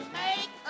make